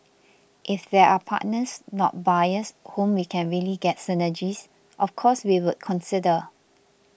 if there are partners not buyers whom we can really get synergies of course we would consider